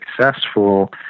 successful